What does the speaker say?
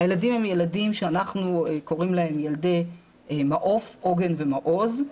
הילדים הם ילדים שאנחנו קוראים להם ילדי מעוף עוגן ומעוז,